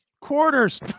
Quarters